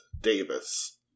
Davis